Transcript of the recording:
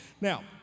Now